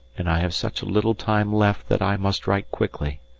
and i have such a little time left that i must write quickly.